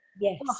Yes